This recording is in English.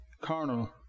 Carnal